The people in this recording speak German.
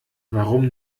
warum